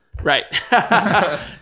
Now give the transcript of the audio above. right